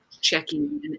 checking